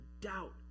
doubt